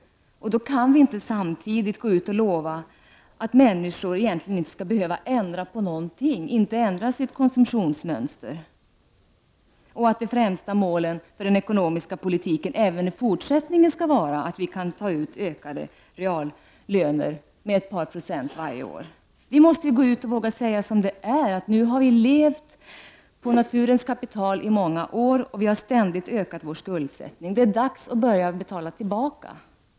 Då kan vi inte samtidigt gå ut och lova att människor egentligen inte skall behöva ändra på någonting, inte ändra sitt konsumtionsmönster och att det främsta målet för den ekonomiska politiken även i fortsättningen skall vara en reallöneökning på ett par procent varje år. Vi måste våga gå ut och säga som det är: Nu har vi levt på naturens kapital i många år och ständigt ökat vår skuldsättning. Nu är det dags att börja betala tillbaka.